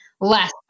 less